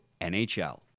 NHL